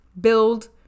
build